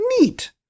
Neat